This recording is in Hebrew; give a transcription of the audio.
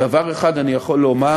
דבר אחד אני יכול לומר